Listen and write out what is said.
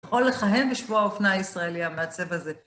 יכול לכהן בשבוע האופנה הישראלי המעצב הזה.